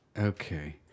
Okay